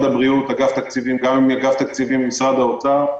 הבריאות וגם עם אגף תקציבים במשרד האוצר,